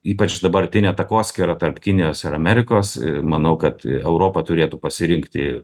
ypač dabartinė takoskyra tarp kinijos ir amerikos manau kad europa turėtų pasirinkti